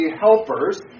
helpers